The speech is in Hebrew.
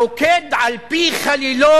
הרוקד על-פי חלילו